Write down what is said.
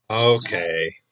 Okay